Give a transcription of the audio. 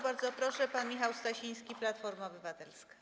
Bardzo proszę, pan poseł Michał Stasiński, Platforma Obywatelska.